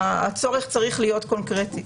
צריך להיות קונקרטי.